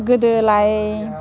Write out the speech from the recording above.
गोदोलाय